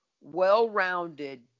well-rounded